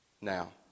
now